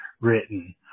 written